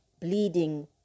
bleeding